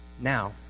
Now